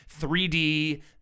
3d